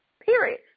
period